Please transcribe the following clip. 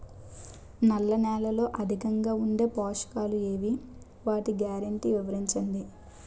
నల్ల నేలలో అధికంగా ఉండే పోషకాలు ఏవి? వాటి గ్యారంటీ వివరించండి?